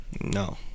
no